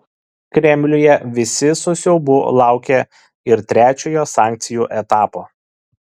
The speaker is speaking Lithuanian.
kremliuje visi su siaubu laukia ir trečiojo sankcijų etapo